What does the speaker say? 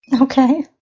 Okay